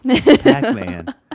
Pac-Man